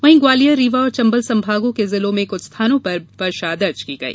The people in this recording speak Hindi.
वहीं ग्वालियर रीवा और चंबल संभागों के जिलों में कुछ स्थानों पर वर्षा दर्ज की गई